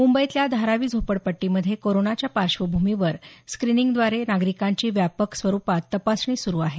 मुंबईतल्या धारावी झोपडपट्टीमध्ये कोरोनाच्या पार्श्वभूमीवर स्क्रीनिंगद्वारे नागरिकांची व्यापक स्वरूपात तपासणी सुरू आहे